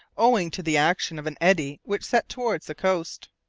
owing to the action of an eddy which set towards the coast.